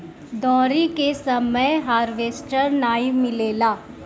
दँवरी के समय हार्वेस्टर नाइ मिलेला